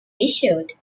issued